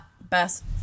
best